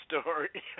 story